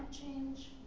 change